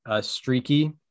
streaky